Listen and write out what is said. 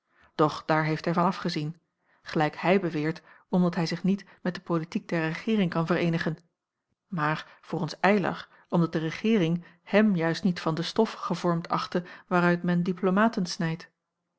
daar heeft hij van afgezien gelijk jacob van evenster hij beweert omdat hij zich niet met de politiek der regeering kan vereenigen maar volgens eylar omdat de regeering hem juist niet van de stof gevormd achtte waaruit men diplomaten snijdt